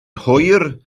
hwyr